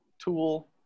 tool